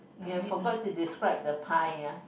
we have forgot to describe the pie ya